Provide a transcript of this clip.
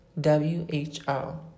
W-H-O